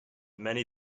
many